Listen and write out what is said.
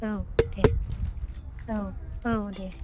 औ दे औ औ दे